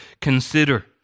consider